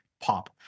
pop